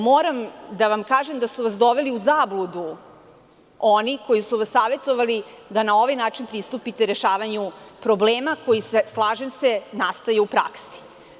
Moram da vam kažem da su vas doveli u zabludu oni koji su vas savetovali da na ovaj način pristupite rešavanju problema koji, slažem se, nastaju u praksi.